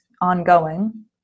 ongoing